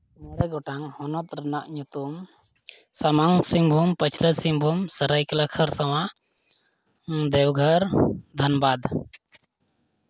ᱢᱚᱬᱮ ᱜᱚᱴᱟᱝ ᱦᱚᱱᱚᱛ ᱨᱮᱱᱟᱜ ᱧᱩᱛᱩᱢ ᱥᱟᱢᱟᱝ ᱥᱤᱝᱵᱷᱩᱢ ᱯᱟᱹᱪᱷᱞᱟᱹ ᱥᱤᱝᱵᱷᱩᱢ ᱥᱟᱹᱨᱟᱭᱠᱮᱞᱟ ᱠᱷᱟᱨᱥᱟᱣᱟ ᱫᱮᱣᱜᱷᱚᱨ ᱫᱷᱟᱱᱵᱟᱫ